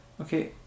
Okay